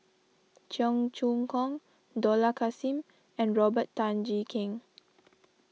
Cheong Choong Kong Dollah Kassim and Robert Tan Jee Keng